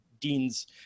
Dean's